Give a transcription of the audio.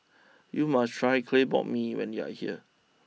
you must try Clay Pot Mee when you are here